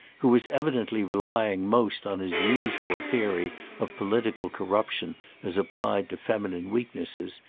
who was evidently relying most on his usual theory of political corruption as applied to feminine weaknesses,